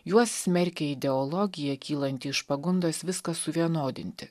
juos smerkė ideologija kylanti iš pagundos viską suvienodinti